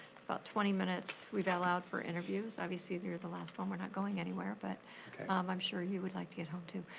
about twenty minutes we've allowed for interviews. obviously you're the last one. we're not going anywhere, but um i'm sure you would like to get home too.